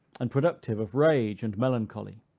and productive of rage and melancholy.